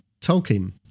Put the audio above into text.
Tolkien